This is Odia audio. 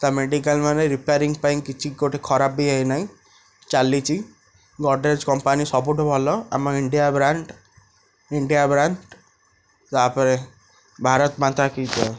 ତା ମେଡ଼ିକାଲ ମାନେ ରିପ୍ୟାରିଙ୍ଗ ପାଇଁ କିଛି ଗୋଟେ ଖରାପ ବି ହେଇ ନାହିଁ ଚାଲିଛି ଗଡ଼ରେଜ କମ୍ପାନୀ ସବୁଠୁ ଭଲ ଆମ ଇଣ୍ଡିଆ ବ୍ରାଣ୍ଡ୍ ଇଣ୍ଡିଆ ବ୍ରାଣ୍ଡ୍ ତାପରେ ଭାରତ ମାତା କି ଜୟ